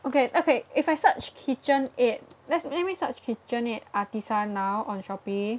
okay okay if I search KitchenAid let's let me search KitchenAid Artisan now on Shopee